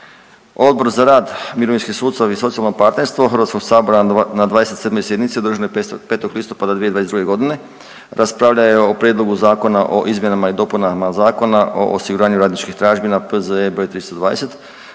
Odbor za rad, mirovinski sustav i socijalno partnerstvo HS-a na 27. sjednici održanoj 5. listopada 2022. g. raspravljao je o Prijedlogu zakona o izmjenama i dopunama Zakona o osiguranju radničkih tražbina P.Z.E. br. 320